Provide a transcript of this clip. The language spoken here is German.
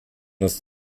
ist